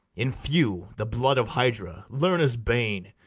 in few, the blood of hydra, lerna's bane,